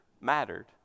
mattered